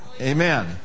Amen